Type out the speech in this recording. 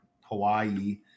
Hawaii